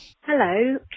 Hello